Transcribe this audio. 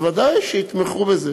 ודאי שיתמכו בזה.